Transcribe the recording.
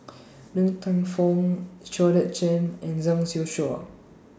Ng Teng Fong Georgette Chen and Zhang Shuo